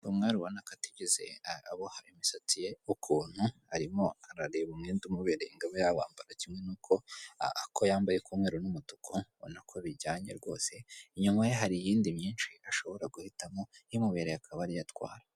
Umwari ubona ko atigeze aboha imisatsi ye ukuntu, arimo arareba umwenda umubere ngo abe yawambara, kimwe n'uko ako yambaye k'umweru n'umutuku ubona ko bijyanye rwose. Inyuma ye hari iyindi myinshi ashobora guhitamo imubereye akaba ariyo atwara.